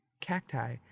Cacti